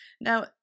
Now